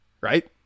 Right